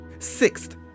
Sixth